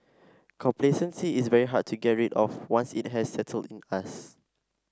complacency is very hard to get rid of once it has settled in us